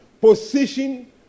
Position